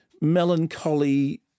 melancholy